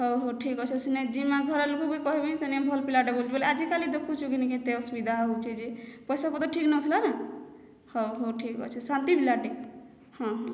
ହଉ ହଉ ଠିକ୍ ଅଛେ ସେ ଯିମା ଘରର୍ ଲୋକକୁ ବି କହେବି ସେ ଭଲ୍ ପିଲାଟେ ବୋଲି ବେଲେ ଆଜି କାଲି ଦେଖୁଛୁ ନ କିନି କେତେ ଅସୁବିଧା ହେଉଛେ ଯେ ପଏସା ପତର ଠିକ୍ ନେଉଥିଲା ନା ହଉ ହଉ ଠିକ୍ ଅଛେ ଶାନ୍ତି ପିଲାଟେ ହଁ ହଁ